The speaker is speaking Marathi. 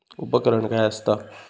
उपकरण काय असता?